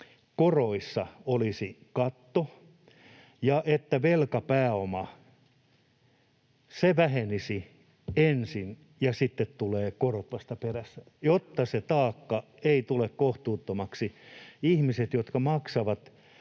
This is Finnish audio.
koroissa olisi katto ja että velkapääoma vähenisi ensin ja sitten tulisivat korot vasta perässä, jotta se taakka ei tule kohtuuttomaksi. Ihmiset, jotka maksavat